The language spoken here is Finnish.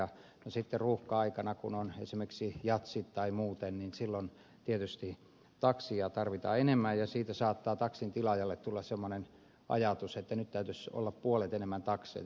no sitten ruuhka aikana kun on esimerkiksi jazzit tai muuten silloin tietysti takseja tarvitaan enemmän ja siitä saattaa taksin tilaajalle tulla semmoinen ajatus että nyt täytyisi olla puolet enemmän takseja